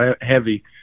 heavy